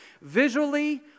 visually